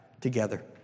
together